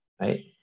right